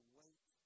wait